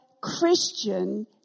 Christian